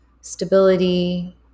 stability